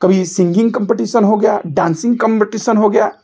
कभी singing competition हो गया डांसिंग कंपटीशन हो गया